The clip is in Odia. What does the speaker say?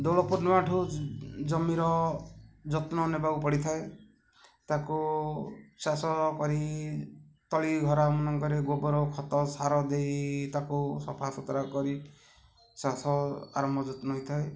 ଦୋଳ ପୂର୍ଣ୍ଣିମାଠୁ ଜମିର ଯତ୍ନ ନେବାକୁ ପଡ଼ିଥାଏ ତା'କୁ ଚାଷ କରି ତଳି ଘର ମାନଙ୍କରେ ଗୋବର ଖତ ସାର ଦେଇ ତା'କୁ ସଫା ସୁତୁରା କରି ଚାଷ ଆରମ୍ଭ ଯତ୍ନ ହେଇଥାଏ